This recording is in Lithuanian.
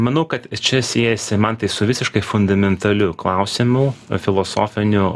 manau kad čia siejasi man tai su visiškai fundamentaliu klausimu filosofiniu